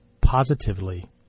positively